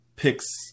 picks